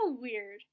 weird